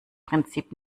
prinzip